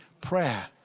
prayer